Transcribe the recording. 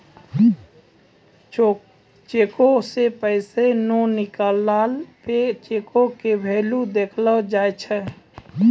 चेको से पैसा नै निकलला पे चेको के भेल्यू देखलो जाय छै